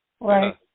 Right